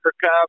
Cup